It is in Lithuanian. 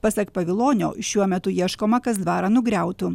pasak pavilonio šiuo metu ieškoma kas dvarą nugriautų